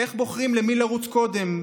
איך בוחרים אל מי לרוץ קודם?